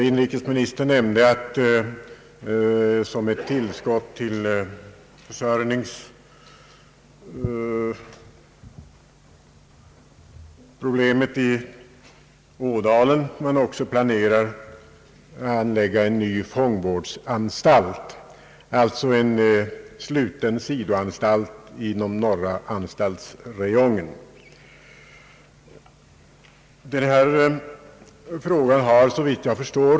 Inrikesministern nämnde att man som ett tillskott till försörjningsmöjligheterna i Ådalen också planerar att anlägga en ny fångvårdsanstalt, alltså en sluten sidoanstalt inom norra anstaltsräjongen.